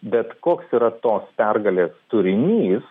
bet koks yra tos pergalės turinys